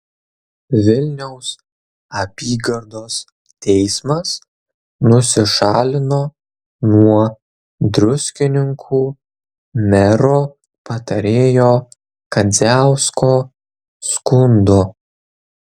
vilniaus apygardos teismas nusišalino nuo druskininkų mero patarėjo kadziausko skundo